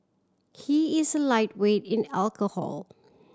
he is a lightweight in alcohol